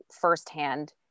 firsthand